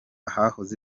ahahoze